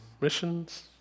missions